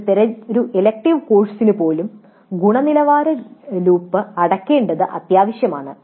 ഒരു തിരഞ്ഞെടുപ്പ് കോഴ്സിന് പോലും ഗുണനിലവാര ലൂപ്പ് അടയ്ക്കേണ്ടത് അത്യാവശ്യമാണ്